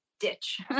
ditch